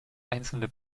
einzelne